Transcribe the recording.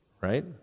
Right